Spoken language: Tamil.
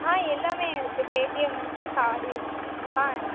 ஆ எல்லாம் இருக்குது பேடிஎம் இருக்குது கார்டி இருக்குது ஆ